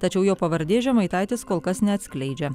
tačiau jo pavardės žemaitaitis kol kas neatskleidžia